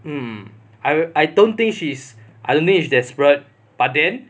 mm I don't think she's I don't think she's desperate but then